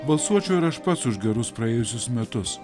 balsuočiau ir aš pats už gerus praėjusius metus